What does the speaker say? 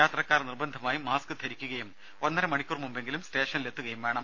യാത്രക്കാർ നിർബന്ധമായും മാസ്ക് ധരിക്കുകയും ഒന്നര മണിക്കൂർ മുമ്പെങ്കിലും സ്റ്റേഷനിലെത്തുകയും വേണം